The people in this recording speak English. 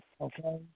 okay